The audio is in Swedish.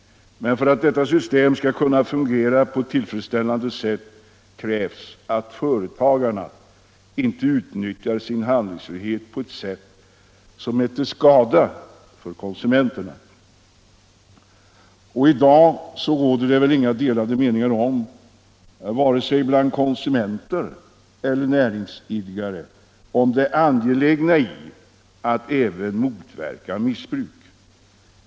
För att detta system skall kunna fungera tillfredsställande krävs att företagarna inte utnyttjar sin handlingsfrihet på ett sätt som är till skada för konsumenterna. I dag råder väl inga delade meningar bland vare sig konsumenter eller näringsidkare om det angelägna i att även motverka missbruk.